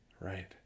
Right